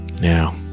Now